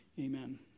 amen